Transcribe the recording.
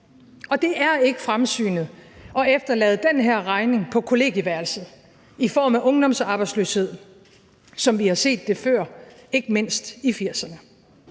Og det er ikke fremsynet at efterlade den her regning på kollegieværelset i form af ungdomsarbejdsløshed, som vi har set det før, ikke mindst i 1980'erne.